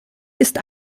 ist